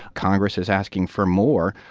congress is asking for more,